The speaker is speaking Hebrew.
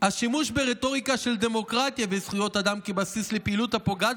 "השימוש ברטוריקה של דמוקרטיה וזכויות אדם כבסיס לפעילות הפוגעת